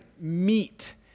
meet